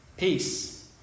Peace